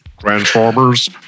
Transformers